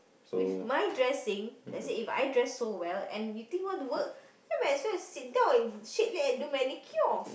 with my dressing let's say If I dress so well and you think want to work then might as well I sit down and shake leg and do manicure